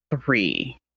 Three